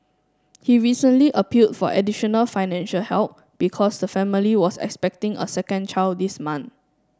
he recently appealed for additional financial help because the family was expecting a second child this month